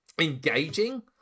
engaging